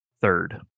third